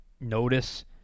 notice